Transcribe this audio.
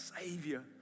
Savior